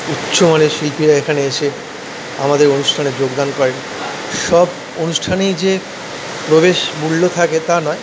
উচ্চমানের শিল্পীরা এখানে এসে আমাদের অনুষ্ঠানে যোগদান করেন সব অনুষ্ঠানেই যে প্রবেশমূল্য থাকে তা নয়